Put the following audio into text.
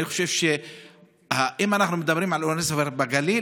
ואני חושב שאם אנחנו מדברים על אוניברסיטה בגליל,